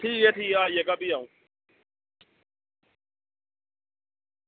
ठीक ऐ ठीक ऐ आई जागा में आपू